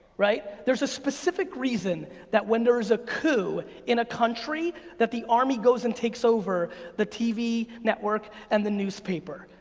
right? there's a specific reason that when there's a coup in a country that the army goes and takes over the tv network and the newspaper.